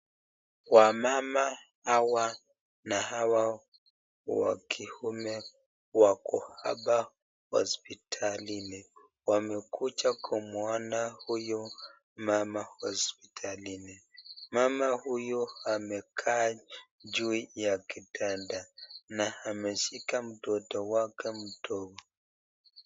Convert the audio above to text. Wamama hawa na hawa wa kiume wako hapa hospitalini. Wamekuja kumwona huyo mama hospitalini. Mama huyo amekaa juu ya kitanda na ameshika mtoto wake mdogo.